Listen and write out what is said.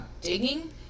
digging